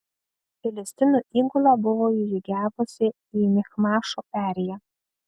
filistinų įgula buvo įžygiavusi į michmašo perėją